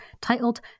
titled